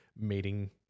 meeting